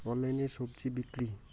অনলাইনে স্বজি বিক্রি?